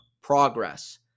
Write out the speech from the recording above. progress